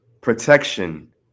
protection